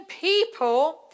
people